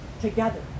together